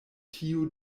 tiu